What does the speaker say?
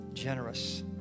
generous